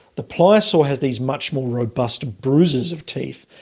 the pliosaur has these much more robust bruisers of teeth,